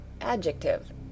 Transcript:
Adjective